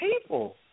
people